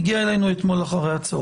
הוא הגיע אלינו אתמול אחרי-הצוהריים.